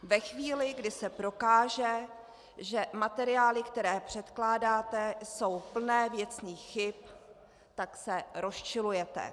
Ve chvíli, kdy se prokáže, že materiály, které předkládáte, jsou plné věcných chyb, tak se rozčilujete.